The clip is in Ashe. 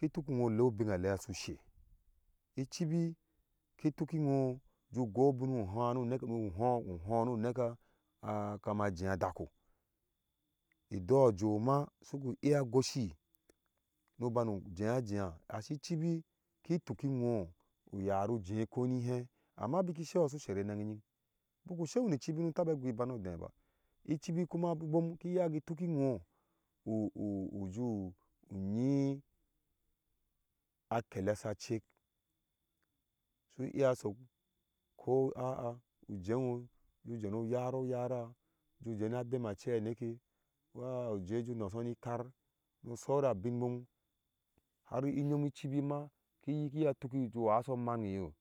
to tuk iwho ule ubin leya su she ichbi ku tuk nwhoju goi ubin suho uho nu neka kema jea a dako idojoo ma shiigi iyah goshi nu bani jeya jeya ichibi ki tuk nwho u yaru ujeh konihee amma biki seyo su sher anag eyin biki sewo su sher anag eyin biku sewo ni chibik sinu taba gui ubano deba ichibi kuma a bom shi iyagi tuk nwa u-u uju uyi a kela sa check su iya sok ko aa ujewho ju jeno yaro yara ina bema achei a neke ko aa uje unoso ni ikar nu sawa abinbom har inyom ichibi ma ku iya tuki ju naso oman who